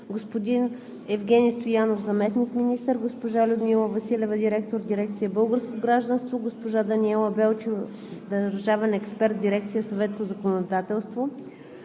господин Евгени Стоянов – заместник-министър, госпожа Людмила Василева –директор на дирекция „Българско гражданство“, госпожа Даниела Белчина – държавен експерт в Дирекция „Съвет по законодателство“;